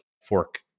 fork